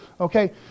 Okay